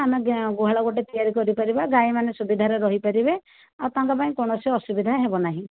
ଆମେ ଗୁହାଳ ଗୋଟିଏ ତିଆରି କରିପାରିବା ଗାଈମାନେ ସୁବିଧାରେ ରହିପାରିବେ ଆଉ ତାଙ୍କ ପାଇଁ କୌଣସି ଅସୁବିଧା ହେବ ନାହିଁ